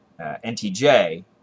NTJ